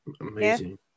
amazing